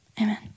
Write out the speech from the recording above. Amen